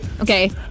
Okay